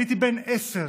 הייתי בן עשר